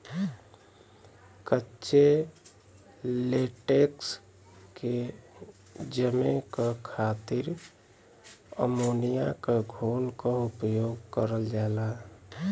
कच्चे लेटेक्स के जमे क खातिर अमोनिया क घोल क उपयोग करल जाला